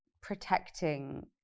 protecting